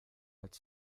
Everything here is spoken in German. als